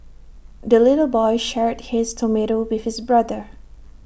the little boy shared his tomato with his brother